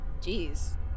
Jeez